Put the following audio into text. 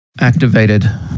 activated